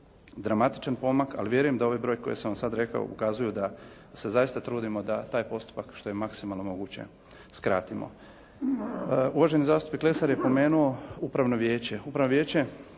dramatičan pomak, ali vjerujem da ovaj broj koji sam vam sad rekao ukazuju da se zaista trudimo da taj postupak što je maksimalno moguće skratimo. Uvaženi zastupnik Lesar je pomenuo upravno vijeće.